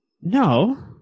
No